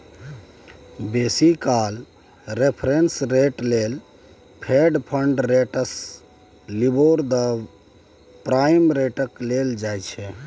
बेसी काल reference rate लेल fed fund rates, LIBOR, the prime रेटकेँ लेल जाइ छै